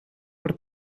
por